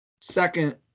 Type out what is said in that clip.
second